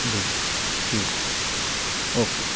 جی ٹھیک اوکے سر